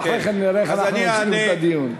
ואחרי כן נראה איך אנחנו ממשיכים את הדיון.